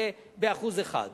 ב-1%.